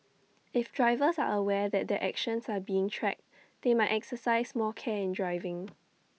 if drivers are aware that their actions are being tracked they might exercise more care in driving